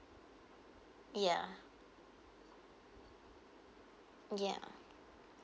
ya ya